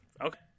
Okay